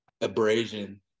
Abrasion